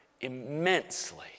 immensely